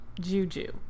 Juju